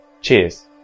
Cheers